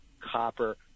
copper